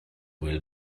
will